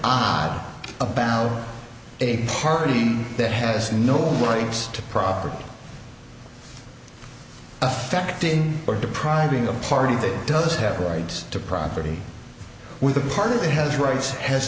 ballot a party that has no rights to property affecting or depriving a party that does have rights to property with a partner that has rights has